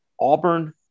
Auburn